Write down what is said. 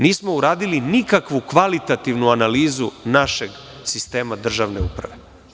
Nismo uradili nikakvu kvalitativnu analizu našeg sistema državne uprave.